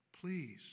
Please